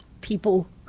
people